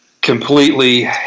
completely